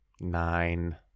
Nine